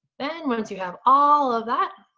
then once you have all of that,